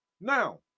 now